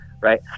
right